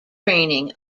training